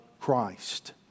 Christ